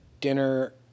dinner